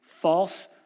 false